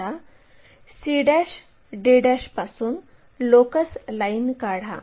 आता c d पासून locus line काढा